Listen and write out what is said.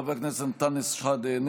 חבר הכנסת אנטאנס שחאדה,